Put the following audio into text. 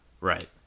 Right